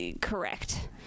correct